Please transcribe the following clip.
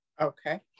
Okay